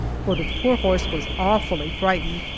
for the poor horse was awfully frightened,